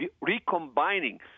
recombining